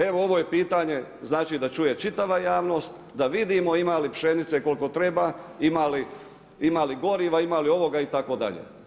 Evo ovo je pitanje, znači da čuje čitava javnost, da vidimo ima li pšenice koliko treba, ima li goriva, ima li ovoga itd.